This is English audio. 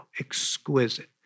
exquisite